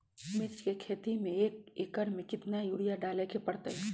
मिर्च के खेती में एक एकर में कितना यूरिया डाले के परतई?